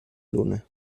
luna